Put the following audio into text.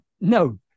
No